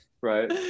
right